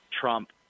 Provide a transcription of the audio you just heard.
Trump